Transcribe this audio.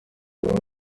baba